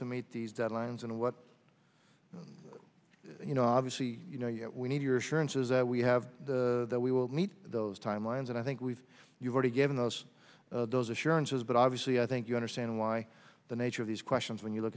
to meet these deadlines and what you know obviously you know yet we need your assurances that we have that we will meet those timelines and i think we've already given those those assurances but obviously i think you understand why the nature of these questions when you look